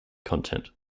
content